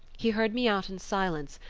he heard me out in silence,